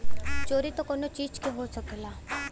चोरी त कउनो चीज के हो सकला